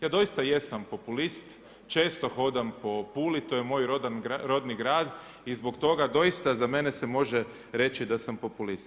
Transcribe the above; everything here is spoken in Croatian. Ja doista jesam populist, često hodam po Puli to je moj rodni grad i zbog toga doista za mene se može reći da sam populist.